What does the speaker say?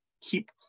keep